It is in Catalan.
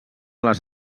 les